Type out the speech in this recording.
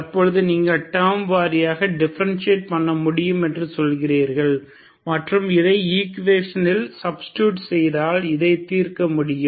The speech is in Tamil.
தற்பொழுது நீங்கள் டேர்ம் வாரியாக டிஃபரன்சியேட் பண்ண முடியும் என்று சொல்கிறீர்கள் மற்றும் இதை ஈக்குவேஷனில் சப்ஸ்டிடுட் செய்தால் இதை தீர்க்க முடியும்